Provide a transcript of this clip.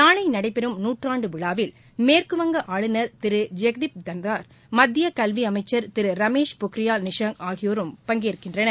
நாளை நடைபெறும் நூற்றாண்டு விழாவில் மேற்குவங்க ஆளுநர் திரு ஜெக்திப் தங்கார் மத்திய கல்வி அமைச்சர் திரு ரமேஷ் பொக்ரியால் நிஷாங் ஆகியோரும் பங்கேற்கின்றனர்